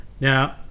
Now